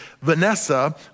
Vanessa